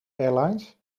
airlines